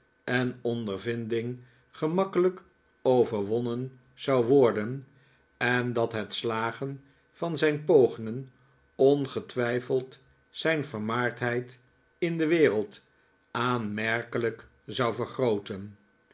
en ondervinding gemakkelijk overwonnen zou worden en dat het slagen van zijn pogingen ongetwijfeld zijn vermaardheid in de wereld aanmerkelijk zou vergrooten